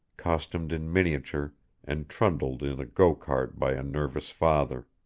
costumed in miniature and trundled in a go-cart by a nervous father.